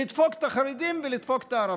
לדפוק את החרדים ולדפוק את הערבים.